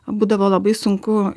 būdavo labai sunku